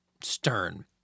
Stern